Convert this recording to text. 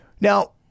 Now